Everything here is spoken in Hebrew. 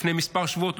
לפני מספר שבועות,